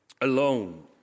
alone